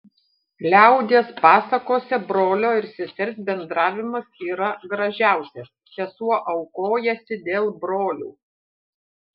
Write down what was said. liaudies pasakose brolio ir sesers bendravimas yra gražiausias sesuo aukojasi dėl brolių